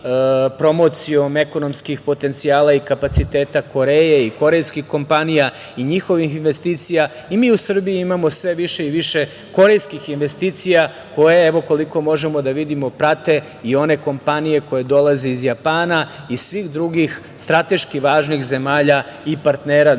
promocijom ekonomskih potencijala i kapaciteta Koreje i korejskih kompanija i njihovih investicija. Mi u Srbiji imamo sve više i više korejskih investicija, koje, evo, koliko možemo da vidimo, prate i one kompanije koje dolaze iz Japana i svih drugih strateški važnih zemalja i partnera